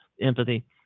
empathy